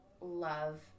love